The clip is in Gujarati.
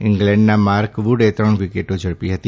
ઇંગ્લેન્ડના માર્ક વુડે ત્રણ વિકેટો ઝડપી હતી